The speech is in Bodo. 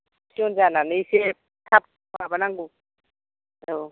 पियन जानानै इसे थाब माबानांगौ औ